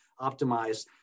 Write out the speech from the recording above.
optimize